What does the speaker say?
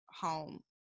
home